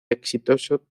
exitoso